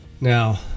now